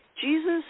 Jesus